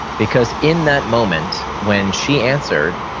because in that moment when she answered,